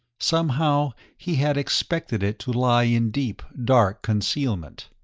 somehow he had expected it to lie in deep, dark concealment.